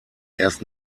erst